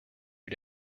you